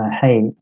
hey